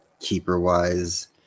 keeper-wise